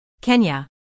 Kenya